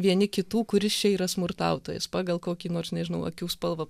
vieni kitų kuris čia yra smurtautojas pagal kokį nors nežinau akių spalvą